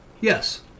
Yes